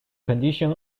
condition